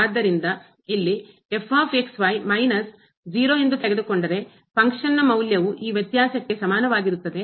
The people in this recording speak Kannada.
ಆದ್ದರಿಂದ ಇಲ್ಲಿ ಮೈನಸ್ 0 ಎಂದು ತೆಗೆದುಕೊಂಡರೆ ಫಂಕ್ಷನ್ನ ಕಾರ್ಯದ ಮೌಲ್ಯವು ಈ ವ್ಯತ್ಯಾಸಕ್ಕೆ ಸಮಾನವಾಗಿರುತ್ತದೆ